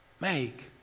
make